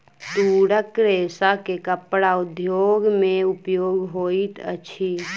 तूरक रेशा के कपड़ा उद्योग में उपयोग होइत अछि